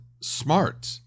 smart